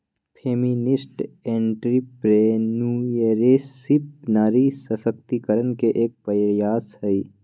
feminist entrepreneurship नारी सशक्तिकरण के एक प्रयास हई